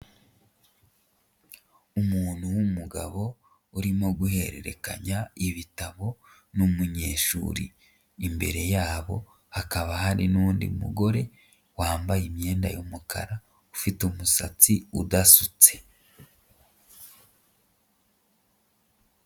Umuntu w'umugabo urimo guhererekanya ibitabo n'umunyeshuri, imbere yabo hakaba hari n'undi mugore wambaye imyenda y'umukara ufite umusatsi udasutse.